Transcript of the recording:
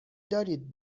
دارید